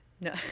No